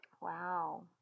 Wow